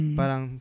parang